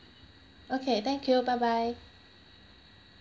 okay thank you bye bye